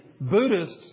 Buddhists